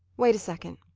wait a second.